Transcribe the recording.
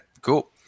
cool